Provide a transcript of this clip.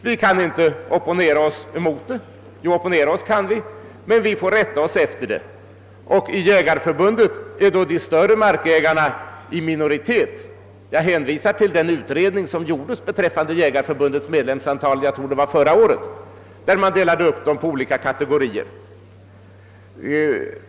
Vi kan opponera oss mot det, men vi får rätta oss efter det. I Svenska jägareförbundet är de större markägarna i minoritet; jag hänvisar till den utredning som gjordes beträffande Jägareförbundets medlemsantal förra året, varvid man delade upp medlemmarna i olika kategorier.